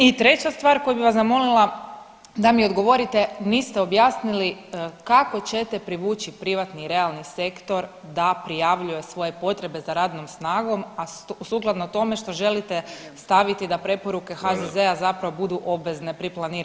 I treća stvar koju bih vas zamolila da mi odgovorite, niste objasnili kako ćete privući privatni i realni sektor da prijavljuje svoje potrebe za radnom snagom, a sukladno tome što želite staviti da preporuke HZZ-a zapravo budu obvezne pri planiranju kvota.